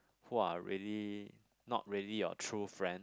who are really not really your true friend